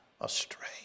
astray